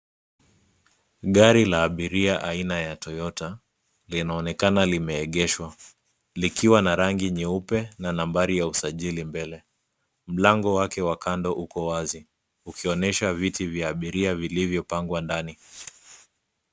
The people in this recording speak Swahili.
Gari la abiria aina ya toyota linaonekana limeegeshwa likiwa na rangi nyeupe na nanbari ya usajili mbele mlango wake wa kando uko wazi ukionyesha viti vya abiria vilivyo pangwa ndani.